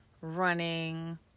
running